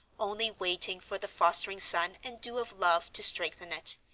only waiting for the fostering sun and dew of love to strengthen it,